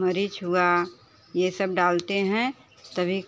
मरिच हुआ ये सब डालते हैं तभी